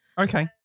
Okay